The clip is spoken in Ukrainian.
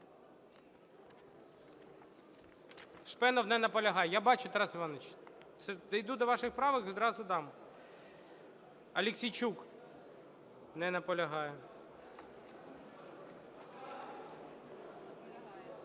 Шпенов не наполягає. Я бачу, Тарасе Івановичу. Дійду до ваших правок, відразу дам. Аліксійчук. Не наполягає.